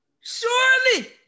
Surely